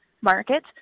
market